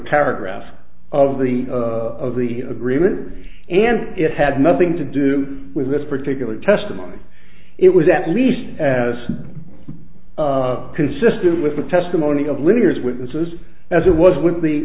paragraph of the of the agreement and it had nothing to do with this particular testimony it was at least as consistent with the testimony of liniers witnesses as it was with the